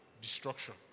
destruction